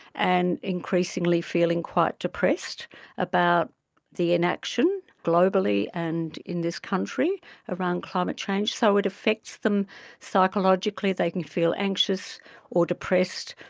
and increasingly feeling quite depressed about the inaction globally and in this country around climate change. so it affects them psychologically, they can feel anxious or depressed,